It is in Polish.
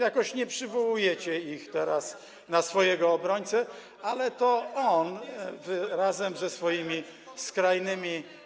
Jakoś nie przywołujecie go teraz na swojego obrońcę, ale to on razem ze swoimi skrajnymi.